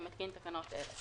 אני מתקין תקנות אלה: